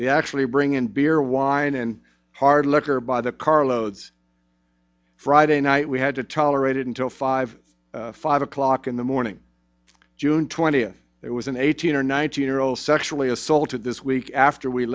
they actually bring in beer wine and hard liquor by the carloads friday night we had to tolerate it until five five o'clock in the morning june twentieth it was an eighteen or nineteen year old sexually assaulted this week after we